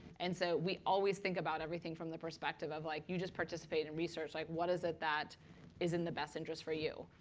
and so we always think about everything from the perspective of like, you just participated in research. like what is it that is in the best interest for you?